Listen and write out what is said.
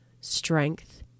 strength